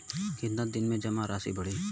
कितना दिन में जमा राशि बढ़ी?